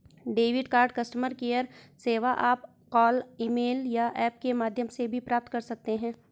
debit card customer care सेवा आप call email या ऐप के माध्यम से भी प्राप्त कर सकते हैं